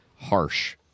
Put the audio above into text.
harsh